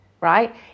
right